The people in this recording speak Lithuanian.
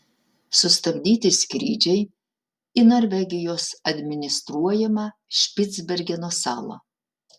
sustabdyti skrydžiai į norvegijos administruojamą špicbergeno salą